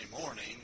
morning